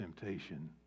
temptation